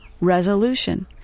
resolution